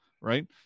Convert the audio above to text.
right